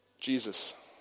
Jesus